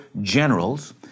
generals